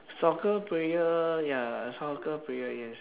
soccer player ya soccer player yes